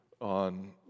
on